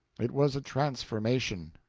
it was a transformation.